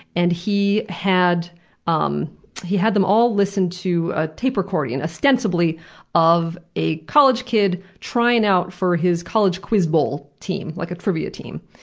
and he had and um he had them all listen to a tape recording, ostensibly of a college kid trying out for his college quiz bowl team, like a trivia team.